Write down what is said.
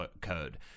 Code